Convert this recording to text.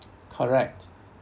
correct